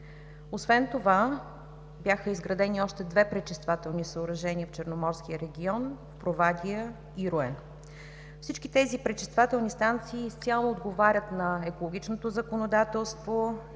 Освен това бяха изградени още две пречиствателни съоръжения в Черноморския регион – Провадия и Руен. Всички тези пречиствателни станции изцяло отговарят на екологичното законодателство